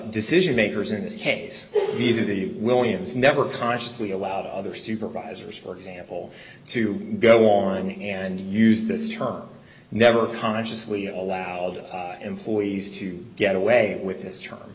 decision makers in this case easy to williams never consciously allowed other supervisors for example to go on and use this term never consciously allowed employees to get away with this